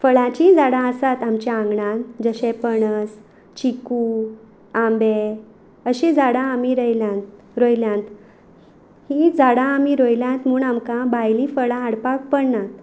फळांचीं झाडां आसात आमच्या आंगणात जशें पणस चिकू आंबे अशीं झाडां आमी रयल्यात रोयल्यात हीं झाडां आमी रोयल्यात म्हूण आमकां भायलीं फळां हाडपाक पडनात